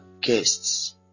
guests